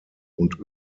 und